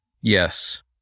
Yes